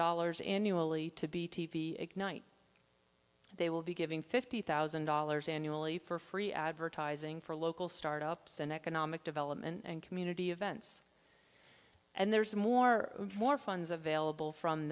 dollars annually to be t v ignite they will be giving fifty thousand dollars annually for free advertising for local startups and economic development and community events and there's more more funds available from